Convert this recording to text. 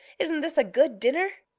isn't this a good dinner?